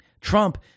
Trump